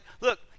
look